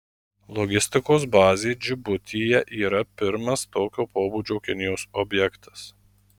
logistikos bazė džibutyje yra pirmas tokio pobūdžio kinijos objektas